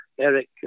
Eric